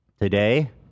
Today